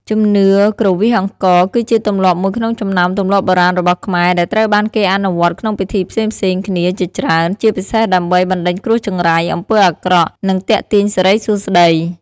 ជំនឿគ្រវាសអង្ករ គឺជាទម្លាប់មួយក្នុងចំណោមទម្លាប់បុរាណរបស់ខ្មែរ ដែលត្រូវបានគេអនុវត្តក្នុងពិធីផ្សេងៗគ្នាជាច្រើន ជាពិសេសដើម្បី បណ្ដេញគ្រោះចង្រៃ អំពើអាក្រក់ និងទាក់ទាញសិរីសួស្តី។